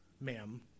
ma'am